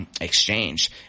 exchange